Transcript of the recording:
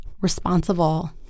responsible